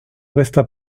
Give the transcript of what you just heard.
resta